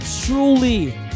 truly